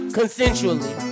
Consensually